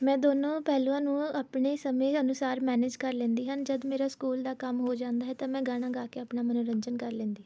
ਮੈਂ ਦੋਨੋਂ ਪਹਿਲੂਆਂ ਨੂੰ ਆਪਣੇ ਸਮੇਂ ਅਨੁਸਾਰ ਮੈਨੇਜ਼ ਕਰ ਲੈਦੀ ਹਾਂ ਜਦ ਮੇਰਾ ਸਕੂਲ ਦਾ ਕੰਮ ਹੋ ਜਾਂਦਾ ਹੈ ਤਾਂ ਮੈਂ ਗਾਣਾ ਗਾ ਕੇ ਆਪਣਾ ਮਨੋਰੰਜਨ ਕਰ ਲੈਂਦੀ ਹਾਂ